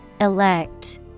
Elect